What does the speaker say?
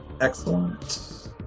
excellent